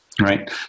Right